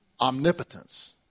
omnipotence